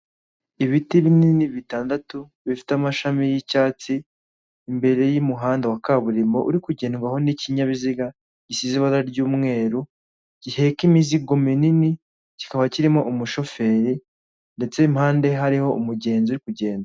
Ibiti binini bitandatu bifite amashami y'icyatsi imbere y'umuhanda wa kaburimbo uri kugendwaho n'ikinyabiziga gisize ibara ry'umweru giheka imizigo minini kikaba kirimo umushoferi ndetse impande hariho umugenzi uri kugenda.